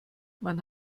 man